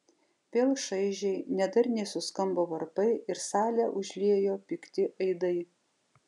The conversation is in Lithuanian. vėl šaižiai nedarniai suskambo varpai ir salę užliejo pikti aidai